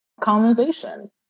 colonization